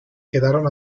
quedaron